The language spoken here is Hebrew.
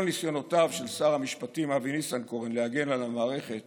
כל ניסיונותיו של שר המשפטים אבי ניסנקורן להגן על המערכת